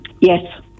Yes